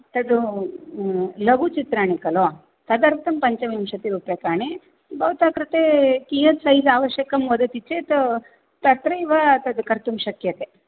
तद् लघु चित्राणि खलु तदर्थं पञ्चविंशतिरूप्यकाणि भवतः कृते कियत् सैज़् आवश्यकं वदति चेत् तत्रैव तद् कर्तुं शक्यते